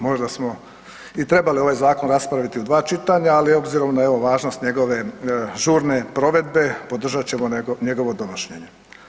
Možda smo i trebali ovaj zakon raspraviti u dva čitanja, ali obzirom na evo važnost njegove žurne provedbe podržat ćemo njegovo donošenje.